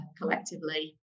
collectively